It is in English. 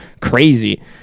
crazy